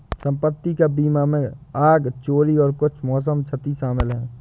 संपत्ति का बीमा में आग, चोरी और कुछ मौसम क्षति शामिल है